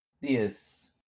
Yes